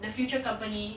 the future company